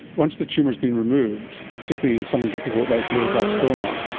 once the tumour has been removed, particularly in something difficult like glioblastoma,